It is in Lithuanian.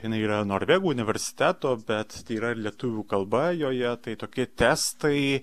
jinai yra norvegų universiteto bet tai yra lietuvių kalba joje tai tokie testai